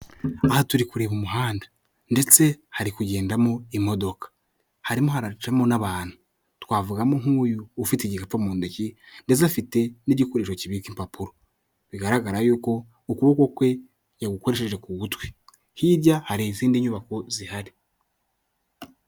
Aha turi kureba umuhanda ndetse hari kugendamo imodoka, harimo haracamo n'abantu, twavugamo nk'uyu ufite igikapu mu ntoki ndetse afite n'igikoresho kibika impapuro, bigaragara yuko ukuboko kwe yagukoresheje ku gutwi. Hirya hari izindi nyubako zihari.